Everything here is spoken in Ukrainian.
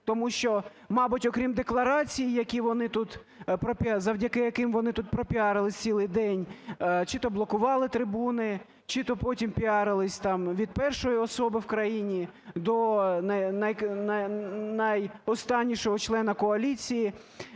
тому що, мабуть, окрім декларацій, завдяки яким вони тут пропіарилися цілий день, чи то блокували трибуни, чи то потім піарилися там від першої особи в країні до найостаннішого члена коаліції,